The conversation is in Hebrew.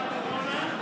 כמה מתו בגלל הקורונה?